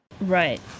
Right